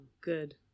Good